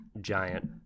giant